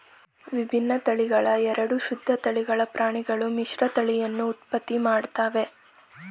ವಿಭಿನ್ನ ತಳಿಗಳ ಎರಡು ಶುದ್ಧ ತಳಿಗಳ ಪ್ರಾಣಿಗಳು ಮಿಶ್ರತಳಿಯನ್ನು ಉತ್ಪತ್ತಿ ಮಾಡ್ತವೆ